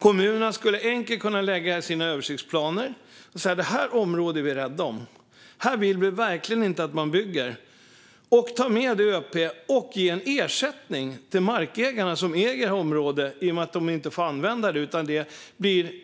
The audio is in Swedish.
Kommunerna skulle enkelt kunna lägga sina översiktsplaner och säga: Det här området är vi rädda om. Här vill vi verkligen inte att man bygger. De skulle ta med området i översiktsplanen och ge en ersättningen till markägarna i området i och med att de inte får använda det och det